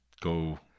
go